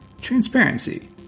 Transparency